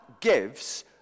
gives